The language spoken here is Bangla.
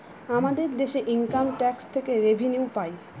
আমাদের দেশে ইনকাম ট্যাক্স থেকে রেভিনিউ পাই